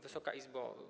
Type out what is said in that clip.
Wysoka Izbo!